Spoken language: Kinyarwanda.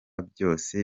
byose